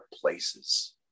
places